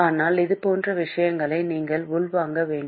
ஆனால் இதுபோன்ற விஷயங்களை நீங்கள் உள்வாங்க வேண்டும்